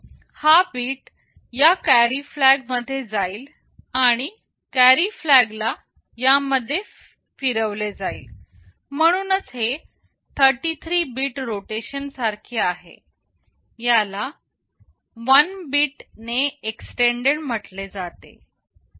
हा बीट या carry flag मध्ये जाईल आणि कॅरी फ्लॅग ला यामध्ये फिरवले जाईल म्हणूनच हे 33 बीट रोटेशन सारखे आहे याला 1 बीट ने एक्सटेंडेड म्हटले जाते